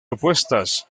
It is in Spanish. opuestas